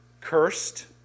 cursed